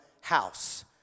house